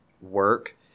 work